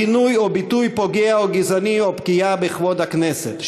כינוי או ביטוי פוגע או גזעני או פגיעה בכבוד הכנסת,